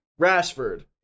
rashford